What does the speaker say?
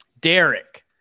Derek